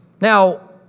Now